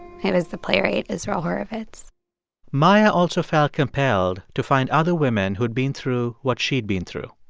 it was the playwright israel horovitz maia also felt compelled to find other women who'd been through what she'd been through.